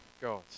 God